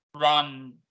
run